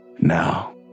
Now